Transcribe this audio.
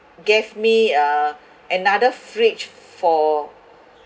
gave me uh another fridge for